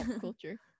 culture